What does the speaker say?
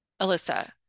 Alyssa